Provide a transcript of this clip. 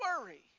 worry